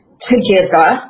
together